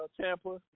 Tampa